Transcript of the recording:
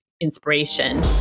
inspiration